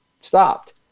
stopped